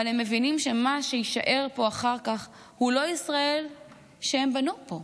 אבל הם מבינים שמה שיישאר פה אחר כך הוא לא ישראל שהם בנו פה.